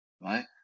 right